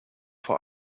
vor